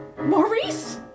Maurice